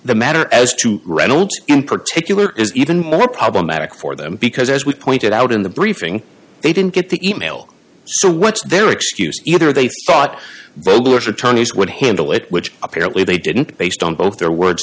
the matter as to reynolds in particular is even more problematic for them because as we pointed out in the briefing they didn't get the email so what's their excuse either they thought both bush attorneys would handle it which apparently they didn't based on both their words